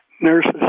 nurses